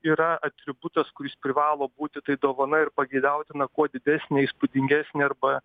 yra atributas kuris privalo būti tai dovana ir pageidautina kuo didesnė įspūdingesnė arba